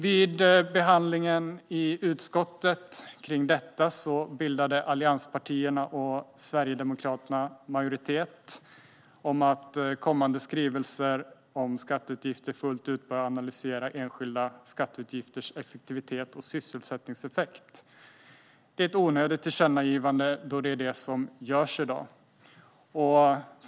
Vid behandlingen av detta i utskottet bildade allianspartierna och Sverigedemokraterna majoritet om att kommande skrivelser om skatteutgifter fullt ut bör analysera enskilda skatteutgifters effektivitet och sysselsättningseffekt. Det är ett onödigt tillkännagivande, då det är det som görs i dag.